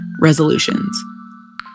resolutions